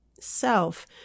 self